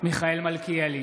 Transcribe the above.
מיכאל מלכיאלי,